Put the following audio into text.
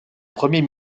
premier